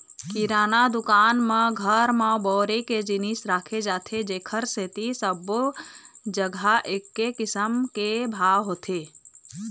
किराना दुकान म घर म बउरे के जिनिस राखे जाथे जेखर सेती सब्बो जघा एके किसम के भाव होथे